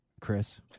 Chris